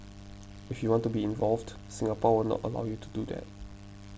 if you want to be involved Singapore will not allow you to do that